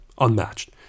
unmatched